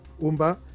Umba